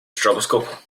stroboscope